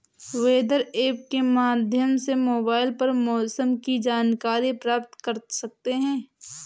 weather app के माध्यम से मोबाइल पर मौसम की जानकारी प्राप्त कर सकते हैं